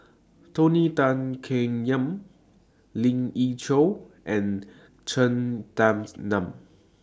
Tony Tan Keng Yam Lien Ying Chow and Cheng Tsang Man